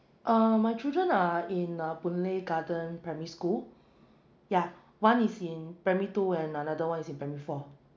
um my children are in uh boon lay garden primary school yeah one is in primary two and another one is in primary four